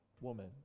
woman